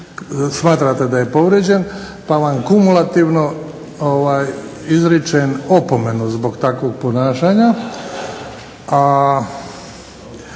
smatrate da je povrijeđen, pa vam kumulativno izričem opomenu zbog takvog ponašanja.